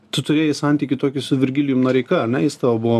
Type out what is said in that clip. tu turėjai santykį tokį su virgilijum noreika ar ne jis tavo buvo